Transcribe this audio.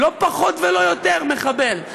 לא פחות ולא יותר: מחבל.